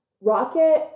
Rocket